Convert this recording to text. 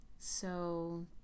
So